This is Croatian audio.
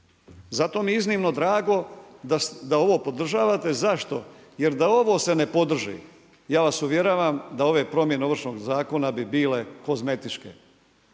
Zato mi je iznimno drago da ovo podržavate. Zašto? Jer da ovo se ne podrži, ja vas uvjeravam da ove promjene Ovršnog zakona bi bile kozmetičke.